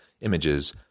images